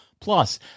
Plus